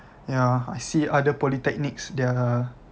ya I see other polytechnics their